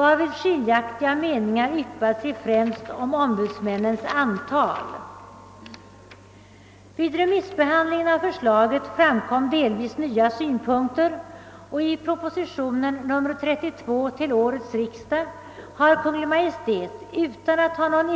översyn som är resultatet av herr Lundbergs motion.